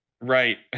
Right